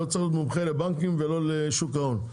לא צריך להיות מומחה לבנקים ולא לשוק ההון,